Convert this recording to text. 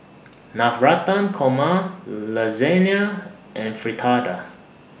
Navratan Korma Lasagna and Fritada